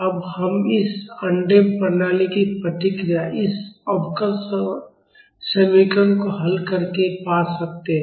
अब हम इस अनडम्प्ड प्रणाली की प्रतिक्रिया इस अवकल समीकरण को हल करके पा सकते हैं